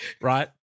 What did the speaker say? right